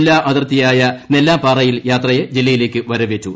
ജില്ലാ അതിർത്തിയായ നെല്ലാപ്പാറയിൽ യാത്രയെ ജില്ലയിലേക്ക് വരവേറ്റു